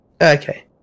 Okay